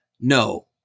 no